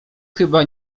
chyba